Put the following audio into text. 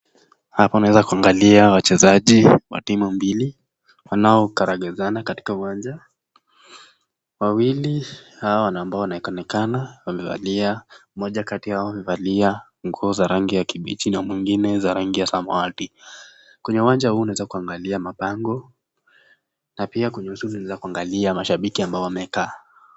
Hapa unaweza kuangalia wachezaji wa timu mbili wanao karagazana katika uwanja . Wawili hawa ambao wanaonekana wamevalia mmoja kati yao amevalia nguo za rangi ya kibichi na mwingine za rangi ya samawati . Kwenye uwanja huu unaweza kuangalia mabango na pia unaweza kuangalia mashabiki ambao wamekaa .